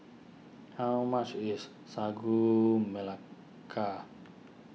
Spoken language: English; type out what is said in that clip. how much is Sagu Melaka